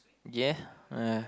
yeah ah